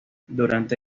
durante